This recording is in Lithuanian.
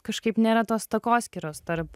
kažkaip nėra tos takoskyros tarp